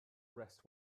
rest